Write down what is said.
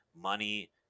money